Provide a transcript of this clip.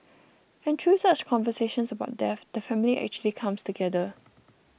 and through such conversations about death the family actually comes together